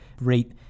rate